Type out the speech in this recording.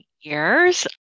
years